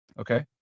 okay